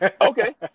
Okay